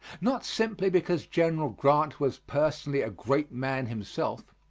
not simply because general grant was personally a great man himself,